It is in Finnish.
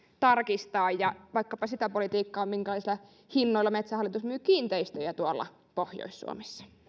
tarkistaa vaikkapa sitä politiikkaa minkälaisilla hinnoilla metsähallitus myy kiinteistöjä tuolla pohjois suomessa